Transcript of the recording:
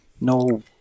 no